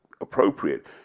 appropriate